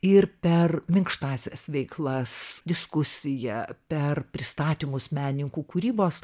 ir per minkštąsias veiklas diskusiją per pristatymus menininkų kūrybos